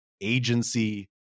agency